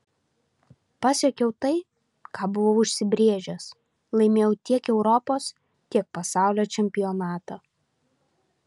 pasiekiau tai ką buvau užsibrėžęs laimėjau tiek europos tiek pasaulio čempionatą